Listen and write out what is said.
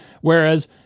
whereas